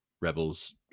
rebels